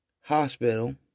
Hospital